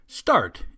Start